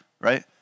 right